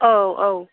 औ औ